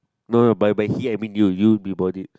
no by by he I mean you you be bodied